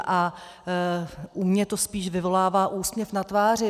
A u mě to spíš vyvolává úsměv na tváři.